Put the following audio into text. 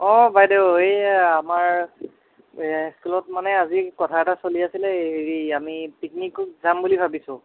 অঁ বাইদেউ এই আমাৰ এই স্কুলত মানে আজি কথা এটা চলি আছিলে হেৰি আমি পিকনিকত যাম বুলি ভাবিছোঁ